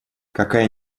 какая